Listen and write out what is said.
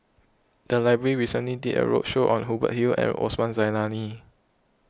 the library recently did a roadshow on Hubert Hill and Osman Zailani